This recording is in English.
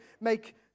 make